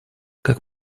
как